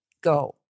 Go